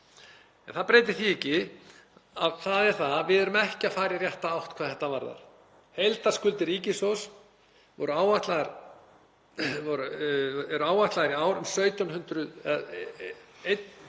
En það breytir því ekki að við erum ekki að fara í rétta átt hvað þetta varðar. Heildarskuldir ríkissjóðs eru áætlaðar í ár um 1.706